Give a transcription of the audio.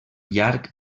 llarg